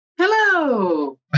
Hello